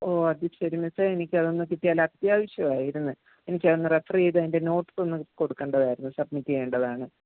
ഓ അത് ശരി മിസ്സേ എനിക്ക് അതൊന്ന് കിട്ടിയാൽ അത്യാവശ്യായിരുന്നു എനിക്കതൊന്ന് റഫർ ചെയ്ത് അതിൻ്റെ നോട്സ് ഒന്ന് കൊടുക്കേണ്ടതായിരുന്നു സബ്മിറ്റ് ചെയ്യേണ്ടതാണ്